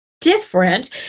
different